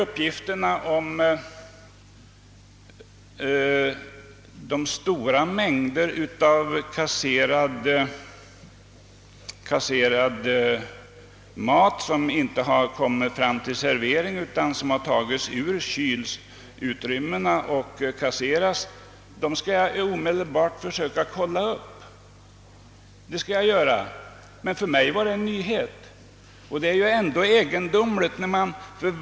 Påståendet att stora mängder mat inte har kunnat serveras utan har tagits ur kylutrymmena och kasserats skall jag omedelbart försöka kontrollera. För mig var det emellertid en nyhet, vilket är egendomligt.